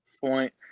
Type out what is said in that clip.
point